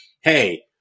hey